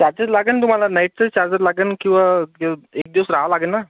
charges लागंल तुम्हाला नाईटचे चार्जेस लागेल किंवा दिव एक दिवस रहावं लागेल ना